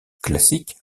classique